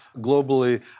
globally